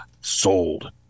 sold